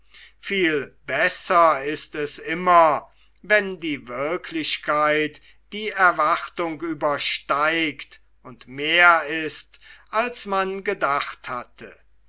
viel besser ist es immer wenn die wirklichkeit die erwartung übersteigt und mehr ist als man gedacht hatte